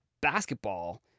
basketball